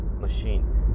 machine